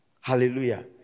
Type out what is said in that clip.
Hallelujah